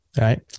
Right